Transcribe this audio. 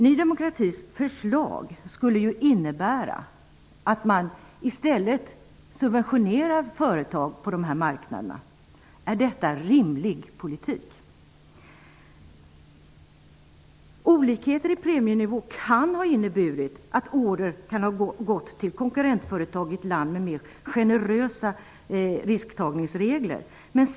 Ny demokratis förslag skulle innebära att man i stället subventionerar för företag på dessa marknader. Är detta en rimlig politik? Olikheter i premienivå kan ha inneburit att order har gått till konkurrentföretag i ett land med mer generösa risktagningsregler.